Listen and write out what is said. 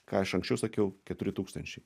ką aš anksčiau sakiau keturi tūkstančiai